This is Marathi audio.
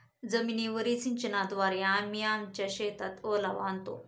जमीनीवरील सिंचनाद्वारे आम्ही आमच्या शेतात ओलावा आणतो